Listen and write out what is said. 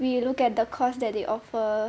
we look at the course that they offer